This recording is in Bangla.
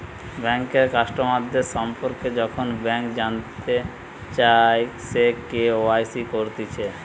বেঙ্কের কাস্টমারদের সম্পর্কে যখন ব্যাংক জানতে চায়, সে কে.ওয়াই.সি করতিছে